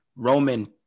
Roman